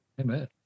Amen